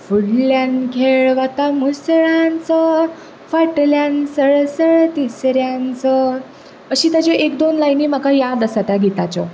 फुडल्यान खेळ वता मुसळांचो फाटल्यान सळसळ तिसऱ्यांचो अशी ताची एक दोन लायनी म्हाका याद आसा त्या गिताच्यो